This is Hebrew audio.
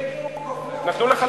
השקר הוא כפול,